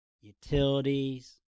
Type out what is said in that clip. utilities